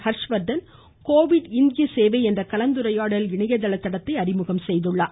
Harshvardhan COVID இந்திய சேவை என்ற கலந்துரையாடல் இணையதள தடத்தை அறிமுகம் செய்துள்ளார்